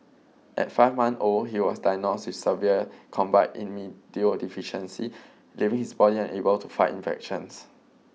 at five months old he was diagnosed with severe combined immunodeficiency leaving his body unable to fight infections